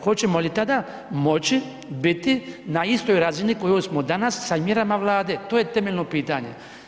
Hoćemo li tada moći biti na istoj razini kojoj smo danas sa mjerama Vlade, to je temeljno pitanje.